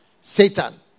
Satan